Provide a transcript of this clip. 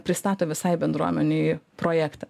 pristato visai bendruomenei projektą